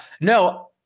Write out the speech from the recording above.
No